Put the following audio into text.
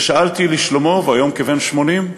כששאלתי לשלומו, והוא היום כבן 80,